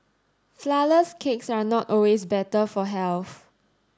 flour less cakes are not always better for health